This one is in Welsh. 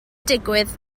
digwydd